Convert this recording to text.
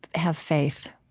have faith